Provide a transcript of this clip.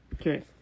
Okay